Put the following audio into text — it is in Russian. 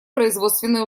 производственные